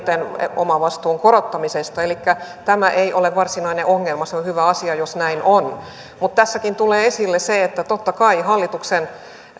omavastuun korottamiselta elikkä tämä ei ole varsinainen ongelma se on on hyvä asia jos näin on mutta tässäkin tulee esille se että totta kai hallituksen